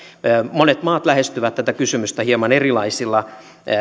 monet maat lähestyvät tätä kysymystä hieman erilaisilla